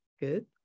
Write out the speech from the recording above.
Good